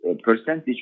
percentage